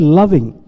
loving